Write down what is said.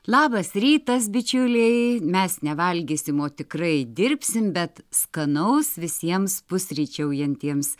labas rytas bičiuliai mes ne valgysim o tikrai dirbsim bet skanaus visiems pusryčiaujantiems